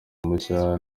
mushya